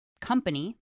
company